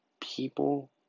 people